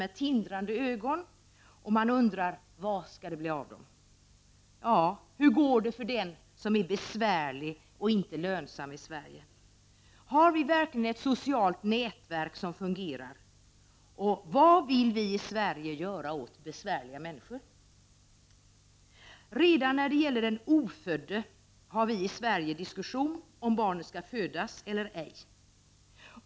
Men för att det skall vara meningsfullt att debattera måste man ju ha någon att debattera med, och det finns det inte här i kväll, eftersom det inte finns en enda representant för regeringspartiet här. Därför, herr talman, avstår jag från mitt inlägg i denna debatt. Sverige? Har vi verkligen ett socialt nätverk som fungerar? Vad vill vi i Sverige göra åt besvärliga människor? Redan när det gäller den ofödde har vi i Sverige diskussion om barnet skall födas eller ej.